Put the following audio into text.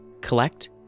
collect